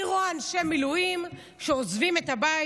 אני רואה אנשי מילואים שעוזבים את הבית,